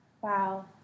Wow